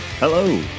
Hello